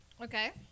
Okay